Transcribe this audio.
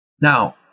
Now